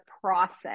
process